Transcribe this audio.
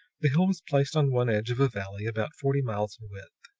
the hill was placed on one edge of a valley about forty miles in width.